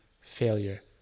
failure